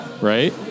right